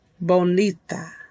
bonita